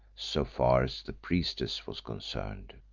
so far as the priestess was concerned.